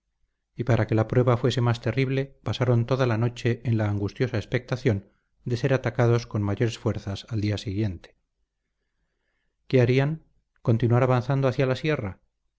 y para que la prueba fuese más terrible pasaron toda la noche en la angustiosa expectación de ser atacados con mayores fuerzas al día siguiente qué harían continuar avanzando hacia la sierra